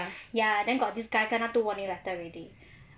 ya then got this guy kena two warning letter already